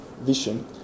vision